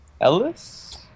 Ellis